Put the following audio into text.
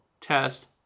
test